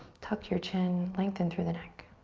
tuck your chin, lengthen through the neck.